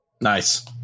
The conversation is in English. Nice